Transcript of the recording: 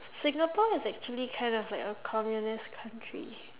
singapore is actually kind of like a communist country